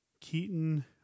Keaton